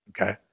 okay